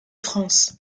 france